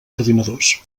ordinadors